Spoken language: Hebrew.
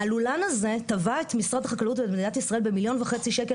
הלולן הזה תבע את משרד החקלאות ואת מדינת ישראל ב-1.5 מיליון שקלים,